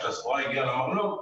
כשהסחורה הגיעה למרלו,